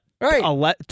Right